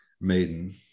Maiden